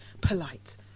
polite